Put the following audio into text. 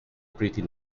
pretty